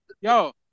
yo